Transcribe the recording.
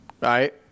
right